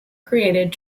created